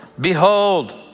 Behold